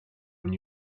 when